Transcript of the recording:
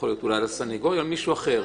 אולי לסנגוריה או למישהו אחר.